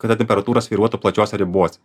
kada temperatūra svyruotų plačiose ribose